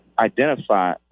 identify